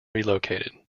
relocated